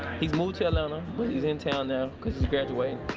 he's moved to atlanta. but he's in town now cause he's graduating.